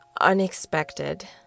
unexpected